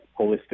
holistic